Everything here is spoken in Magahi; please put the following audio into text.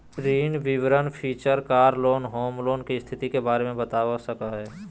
ऋण विवरण feature car loan, home loan, के स्थिति के बारे में बता सका हइ